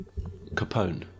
Capone